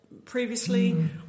Previously